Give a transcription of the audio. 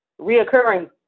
reoccurring